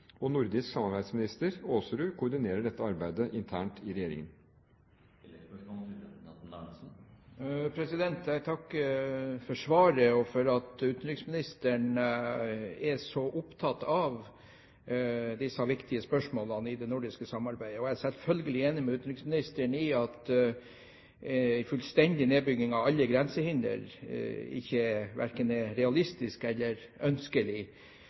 Nordisk samarbeidsminister Aasrud koordinerer dette arbeidet internt i regjeringen. Jeg takker for svaret og for at utenriksministeren er så opptatt av disse viktige spørsmålene i det nordiske samarbeidet. Jeg er selvfølgelig enig med utenriksministeren i at en fullstendig nedbygging av alle grensehindre verken er realistisk eller ønskelig